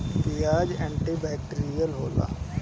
पियाज antibacterial होला